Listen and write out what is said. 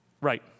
right